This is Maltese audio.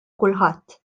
kulħadd